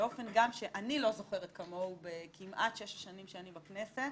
באופן שגם אני לא זוכרת כמוהו בכמעט שש השנים שאני בכנסת,